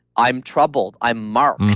i'm troubled. i'm marked.